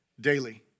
daily